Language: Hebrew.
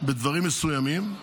בדברים מסוימים,